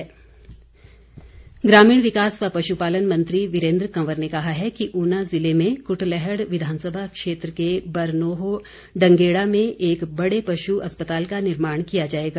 वीरेन्द्र कंवर ग्रामीण विकास व पशुपालन मंत्री वीरेन्द्र कंवर ने कहा है कि ऊना ज़िले में कुटलैहड़ विधानसभा क्षेत्र के बरनोह डंगेड़ा में एक बड़े पशु अस्पताल का निर्माण किया जाएगा